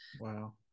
wow